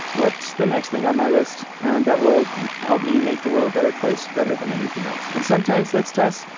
what's the next thing on my list and that will help me make the world a better place better than anything else? and sometimes that's test.